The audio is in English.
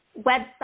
website